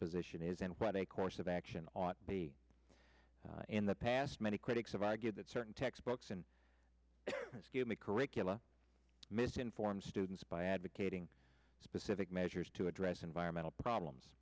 position is and what a course of action ought to be in the past many critics have argued that certain textbooks and excuse me curricula misinformed students by advocating specific measures to address environmental